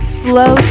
slow